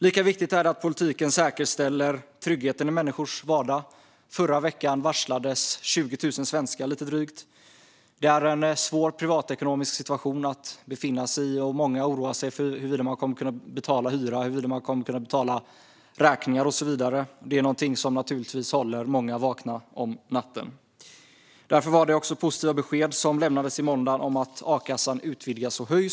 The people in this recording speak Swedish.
Lika viktigt är det att politiken säkerställer tryggheten i människors vardag. Förra veckan varslades lite drygt 20 000 svenskar. Det är en svår privatekonomisk situation att befinna sig i. Många oroar sig för huruvida de kommer att kunna betala hyra, räkningar och så vidare. Det är någonting som naturligtvis håller många vakna om natten. Därför var det också positiva besked som lämnades i måndags om att a-kassan utvidgas och höjs.